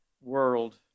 world